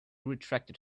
retracted